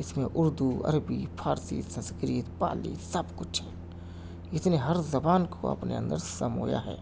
اس میں اردو عربی فارسی سنسکرت پالی سب کچھ ہے اس نے ہر زبان کو اہنے اندر سمویا ہے